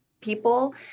people